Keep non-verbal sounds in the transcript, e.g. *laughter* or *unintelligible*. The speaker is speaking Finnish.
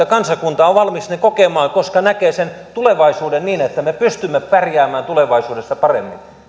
*unintelligible* kansakunta on valmis ne kokemaan koska näkee sen tulevaisuuden niin että me pystymme pärjäämään tulevaisuudessa paremmin